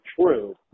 true